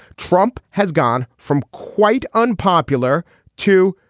trump has gone from quite unpopular to